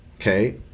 okay